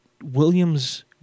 Williams